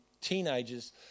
teenagers